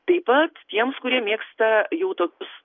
taip pat tiems kurie mėgsta jau tokius